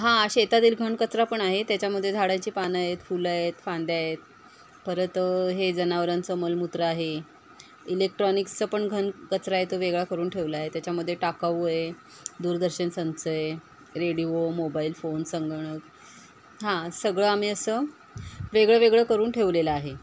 हां शेतातील घन कचरा पण आहे त्याच्यामध्ये झाडाची पानं आहेत फुलं आहेत फांद्या आहेत परत हे जनावरांचं मलमूत्र आहे इलेक्ट्रॉनिक्सचं पण घन कचरा आहे तो वेगळा करून ठेवला आहे त्याच्यामध्ये टाकाऊ आहे दूरदर्शन संच आहे रेडिओ मोबाईल फोन संगणक हां सगळं आम्ही असं वेगळं वेगळं करून ठेवलेलं आहे